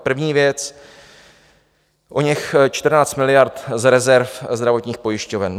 První věc oněch 14 miliard z rezerv zdravotních pojišťoven.